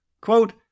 Quote